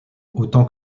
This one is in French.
autant